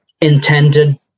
intended